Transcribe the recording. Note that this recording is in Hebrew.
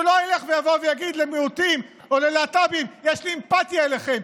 שלא ילך ויבוא ויגיד למיעוטים או ללהט"בים: יש לי אמפתיה אליכם,